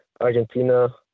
Argentina